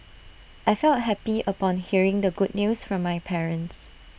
I felt happy upon hearing the good news from my parents